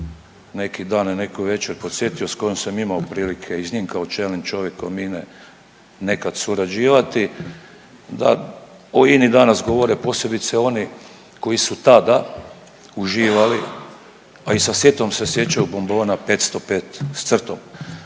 neki dan, neku večer podsjetio sa kojim sam imao prilike i sa njim kao čelnim čovjekom INA-e nekad surađivati da o INA-i danas govore posebice oni koji su tada uživali a i sa sjetom se sjećaju bombona 505 sa crtom.